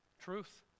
Truth